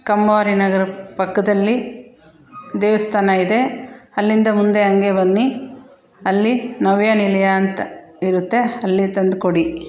ಕಮ್ಮೋರಿ ನಗರ ಪಕ್ಕದಲ್ಲಿ ದೇವಸ್ಥಾನ ಇದೆ ಅಲ್ಲಿಂದ ಮುಂದೆ ಹಂಗೆ ಬನ್ನಿ ಅಲ್ಲಿ ನವ್ಯ ನಿಲಯ ಅಂತ ಇರುತ್ತೆ ಅಲ್ಲಿ ತಂದುಕೊಡಿ